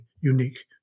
unique